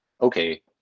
okay